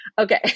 okay